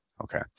okay